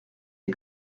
les